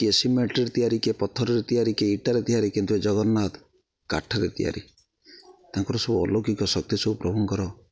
କିଏ ସିମେଣ୍ଟରେ ତିଆରି କିଏ ପଥରରେ ତିଆରି କିଏ ଇଟାରେ ତିଆରି କିନ୍ତୁ ଏ ଜଗନ୍ନାଥ କାଠରେ ତିଆରି ତାଙ୍କର ସବୁ ଅଲୌକିକ ଶକ୍ତି ସବୁ ପ୍ରଭୁଙ୍କର